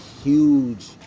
huge